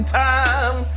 time